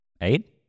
Eight